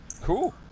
Cool